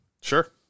Sure